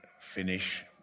finish